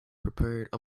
prepared